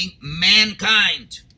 mankind